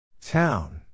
Town